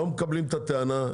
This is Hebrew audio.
לא מקבלים את הטענה,